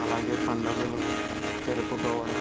అలాగే పండుగలు జరుపుకోవడం